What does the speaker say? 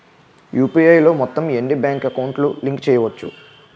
UPI లో మొత్తం ఎన్ని బ్యాంక్ అకౌంట్ లు లింక్ చేయచ్చు?